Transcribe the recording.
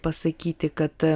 pasakyti kad